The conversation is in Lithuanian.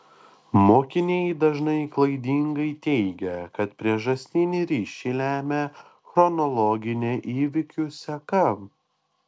mokiniai dažnai klaidingai teigia kad priežastinį ryšį lemia chronologinė įvykių seka